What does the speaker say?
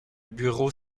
bureau